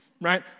right